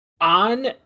on